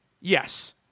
Yes